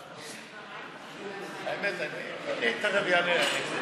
האמת, אני תכף אענה.